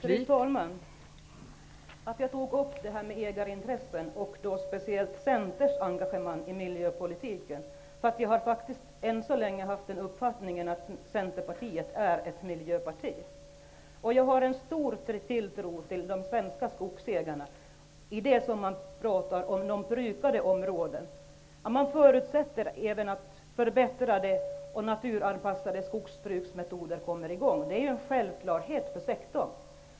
Fru talman! Att jag tog upp frågan om ägarintressen, och då speciellt om Centerns engagemang i miljöpolitiken, beror på att jag hittills har haft uppfattningen att Centerpartiet är ett miljöparti. Jag hyser stark tilltro till de svenska skogsägarna när det gäller vad som benämns som brukade områden. Man förutsätter även att förbättrade och naturanpassade skogsbruksmetoder kommer i gång. Det är en självklarhet för sektorn.